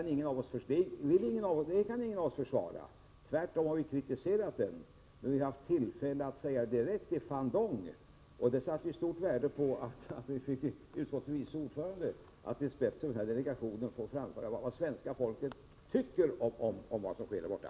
Ingen av oss kan försvara det. Tvärtom har vi kritiserat det. Vi har ju haft tillfälle att direkt säga ifrån till Pham Van Dong. Vi satte stort värde på att vi, med utrikesutskottets vice ordförande i spetsen för delegationen, fick framföra vad svenska folket tycker om vad som sker där borta.